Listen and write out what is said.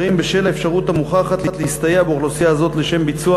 בשל האפשרות המוכחת להסתייע באוכלוסייה זו לשם ביצוע